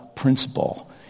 Principle